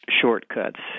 shortcuts